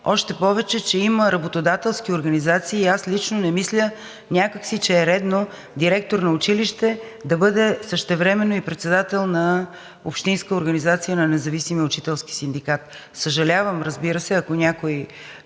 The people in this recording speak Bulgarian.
още повече, че има работодателски организации и аз лично не мисля, че е редно директор на училище да бъде същевременно и председател на Общинска организация на Независимия учителски синдикат. Разбира се, че